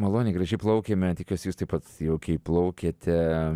maloniai gražiai plaukėme tikiuosi jūs tai pats jaukiai plaukėte